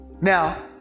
Now